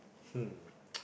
hmm